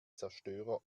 zerstörer